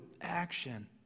action